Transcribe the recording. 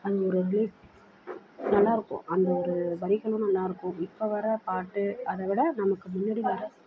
அது ஒரு ரிலீஃப் நல்லா இருக்கும் அந்த ஒரு வரிகளும் நல்லா இருக்கும் இப்போ வர பாட்டு அதை விட நமக்கு முன்னாடி வர